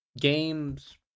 games